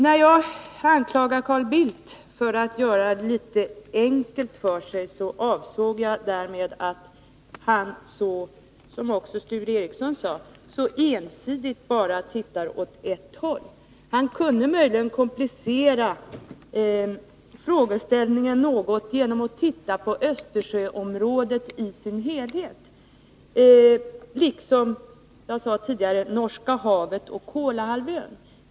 När jag anklagade Carl Bildt för att göra det litet enkelt för sig avsåg jag därmed att han, vilket också Sture Ericson sade, så ensidigt bara tittar åt ett håll. Han kunde möjligen komplicera frågeställningen något genom att titta på Östersjöområdet i dess helhet, liksom på, som jag sade tidigare, Norska havet och Kolahalvön.